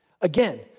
again